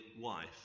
wife